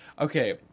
Okay